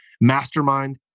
Mastermind